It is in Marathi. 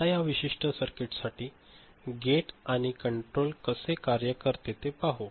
आता या विशिष्ट सर्किटसाठी गेट आणि कंट्रोल कसे कार्य करते ते पाहू